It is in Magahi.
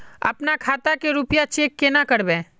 अपना खाता के रुपया चेक केना करबे?